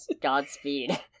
godspeed